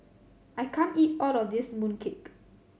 I can't eat all of this mooncake